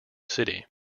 city